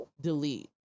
delete